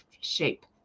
shape